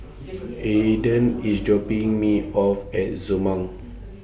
Aaden IS dropping Me off At Zurmang